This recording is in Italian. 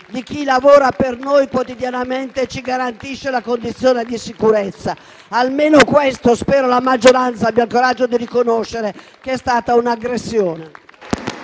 di chi lavora per noi quotidianamente e ci garantisce la condizione di sicurezza. Almeno questa spero che la maggioranza abbia il coraggio di riconoscere che è stata un'aggressione.